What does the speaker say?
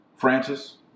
Francis